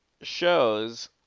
shows